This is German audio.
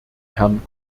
herrn